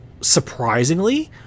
surprisingly